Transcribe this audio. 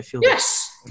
Yes